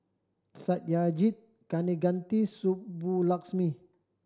Satyajit Kaneganti Subbulakshmi